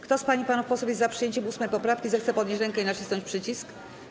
Kto z pań i panów posłów jest za przyjęciem 8. poprawki, zechce podnieść rękę i nacisnąć przycisk.